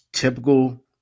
Typical